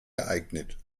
geeignet